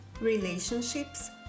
relationships